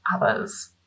others